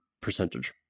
percentage